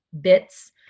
bits